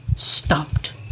stopped